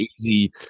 easy